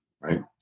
right